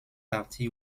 parti